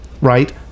right